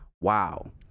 wow